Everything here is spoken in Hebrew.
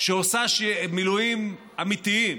שעושים מילואים אמיתיים,